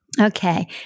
Okay